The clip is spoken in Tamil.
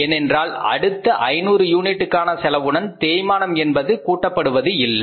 ஏனென்றால் அடுத்த 500 யூனிட்டுக்கான செலவுடன் தேய்மானம் என்பது கூட்டப்படுவது இல்லை